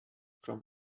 from